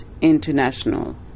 International